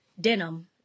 denim